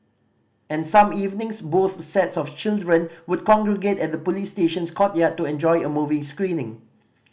and some evenings both sets of children would congregate at the police station's courtyard to enjoy a movie screening